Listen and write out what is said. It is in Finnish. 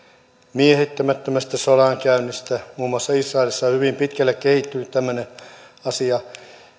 miehittämättömästä sodankäynnistä muun muassa israelissa on hyvin pitkälle kehittynyt tämmöinen asia